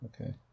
okay